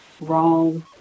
wrong